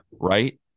Right